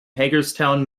hagerstown